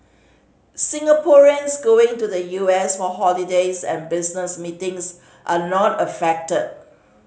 Singaporeans going to the U S for holidays and business meetings are not affected